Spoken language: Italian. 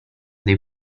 dei